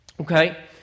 okay